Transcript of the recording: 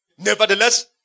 Nevertheless